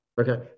Okay